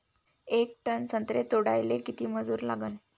येक टन संत्रे तोडाले किती मजूर लागन?